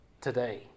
today